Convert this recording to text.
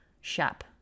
shop